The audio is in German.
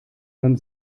man